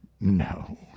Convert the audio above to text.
no